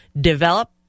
develop